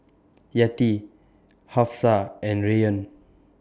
Yati Hafsa and Rayyan